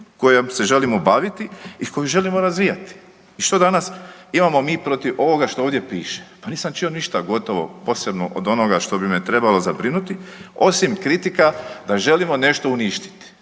kojom se želimo baviti i koju želimo razvijati. I što danas imamo mi protiv ovoga što ovdje piše, pa nisam čuo ništa gotovo posebno od onoga što bi me trebalo zabrinuti, osim kritika da želimo nešto uništiti